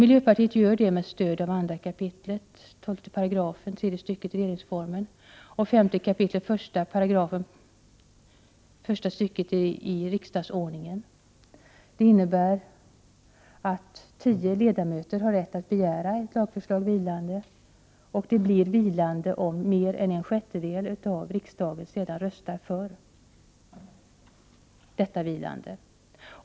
Miljöpartiet gör detta med stöd av 2 kap. 12§ tredje stycket i regeringsformen och 5 kap. 18§ första stycket i riksdagsordningen. Detta innebär att tio ledamöter har rätt att begära att ett lagförslag blir vilande, och det blir vilande om mer än en sjättedel av riksdagens ledamöter sedan röstar för detta vilande.